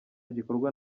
gikorwa